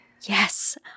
yes